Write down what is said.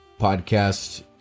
podcast